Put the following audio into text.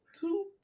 two